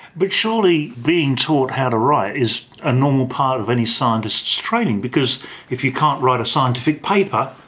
but surely being taught how to write is a normal part of any scientist's training, because if you can't write a scientific paper,